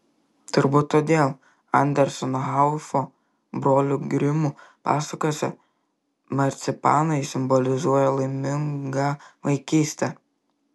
turbūt todėl anderseno haufo brolių grimų pasakose marcipanai simbolizuoja laimingą vaikystę